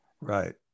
right